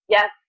Yes